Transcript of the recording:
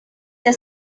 the